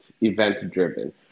event-driven